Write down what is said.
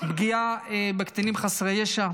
פגיעה בקטינים חסרי ישע,